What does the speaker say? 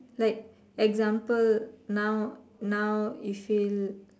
like example now now you feel